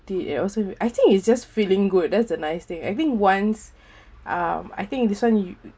deed eh also I think it's just feeling good that's the nice thing I think once um I think this [one] you